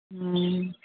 ᱦᱮᱸ